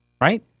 Right